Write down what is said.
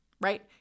right